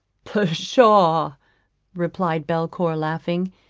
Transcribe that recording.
pshaw, replied belcour, laughing,